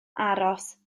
aros